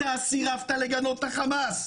אתה סירבת לגנות את החמאס.